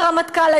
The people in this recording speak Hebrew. הרמטכ"ל,